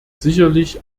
sicherlich